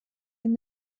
and